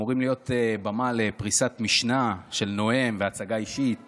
נאומי פתיחה אמורים להיות במה לפריסת משנה של נואם והצגה אישית